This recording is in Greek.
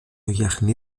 γιαχνί